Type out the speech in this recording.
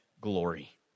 glory